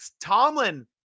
Tomlin